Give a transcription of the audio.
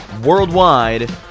Worldwide